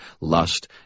lust